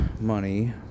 money